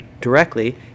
directly